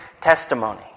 testimony